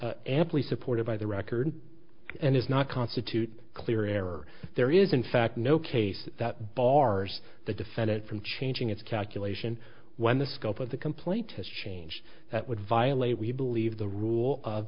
amply supported by the record and is not constitute a clear error there is in fact no case that bars the defendant from changing its calculation when the scope of the complaint has changed that would violate we believe the rule of